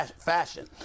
fashion